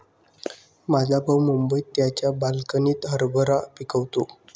माझा भाऊ मुंबईत त्याच्या बाल्कनीत हरभरा पिकवतो